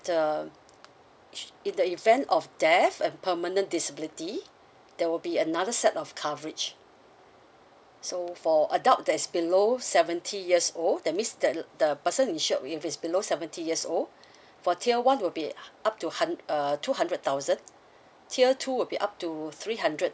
the in the event of death and permanent disability there will be another set of coverage so for adult that is below seventy years old that means that the person insured if it's below seventy years old for tier one will be up to hun~ uh two hundred thousand tier two will be up to three hundred